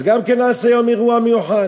אז גם כן נעשה יום אירוע מיוחד?